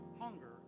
hunger